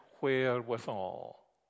wherewithal